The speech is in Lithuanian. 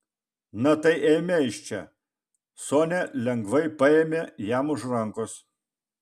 na tai eime iš čia sonia lengvai paėmė jam už rankos